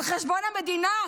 על חשבון המדינה.